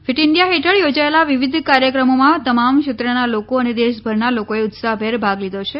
fit India હેઠળ યોજાયેલા વિવિધ કાર્યક્રમોમાં તમામ ક્ષેત્રના લોકો અને દેશભરના લોકોએ ઉત્સાહભેર ભાગ લીધો છે